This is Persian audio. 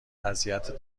اذیت